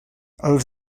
els